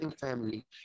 family